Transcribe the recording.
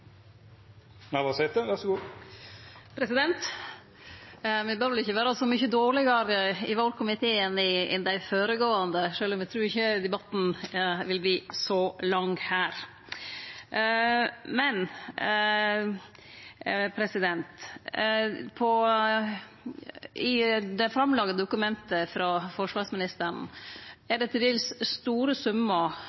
ikkje vere så mykje dårlegare i vår komité enn dei føregåande, sjølv om eg ikkje trur at debatten vil verte så lang her. I det framlagde dokumentet frå forsvarsministeren